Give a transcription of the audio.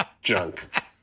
junk